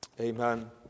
Amen